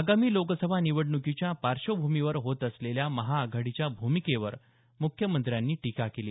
आगामी लोकसभा निवडण्कीच्या पार्श्वभूमीवर होत असलेल्या महाआघाडीच्या भूमिकेवर मुख्यमंत्र्यांनी टीका केली